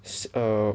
it's a